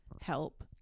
help